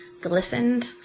glistened